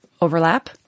overlap